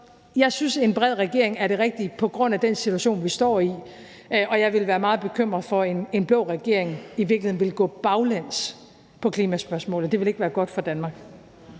jeg synes, at en bred regering er det rigtige på grund af den situation, vi står i, og jeg ville være meget bekymret for, at en blå regering i virkeligheden ville gå baglæns på klimaspørgsmålet; det vil ikke være godt for Danmark.